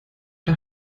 der